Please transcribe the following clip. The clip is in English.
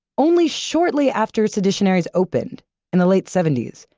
only shortly after seditionaries opened in the late seventy s,